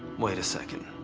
wait a second.